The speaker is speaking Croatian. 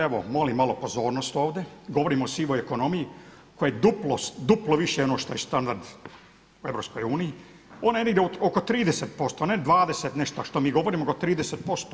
Evo molim malo pozornost ovdje, govorim o sivoj ekonomiji koja je duplo više ono što je standard u EU, ona je negdje oko 30%, ne 20 nešto što mi govorimo nego 30%